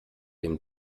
dem